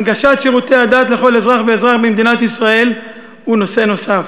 הנגשת שירותי הדת לכל אזרח ואזרח במדינת ישראל הוא נושא נוסף,